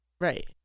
right